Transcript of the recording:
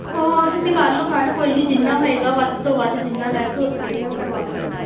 ਹਾਂ ਤੁਸੀਂ ਕਰ ਲਓ ਗੱਲ ਕੋਈ ਨੀ ਜਿੰਨਾ ਹੋਏਗਾ ਵੱਧ ਤੋਂ ਵੱਧ ਜਿੰਨਾ ਲੈਸ ਹੋ ਸਕੇਗਾ ਕਰਵਾ ਦਾਂਗੇ